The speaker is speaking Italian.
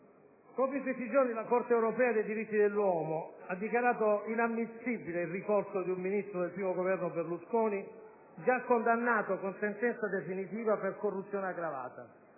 in cui la Corte europea dei diritti dell'uomo dichiara inammissibile il ricorso di un Ministro del I Governo Berlusconi, condannato con sentenza definitiva per corruzione aggravata,